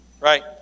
right